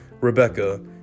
Rebecca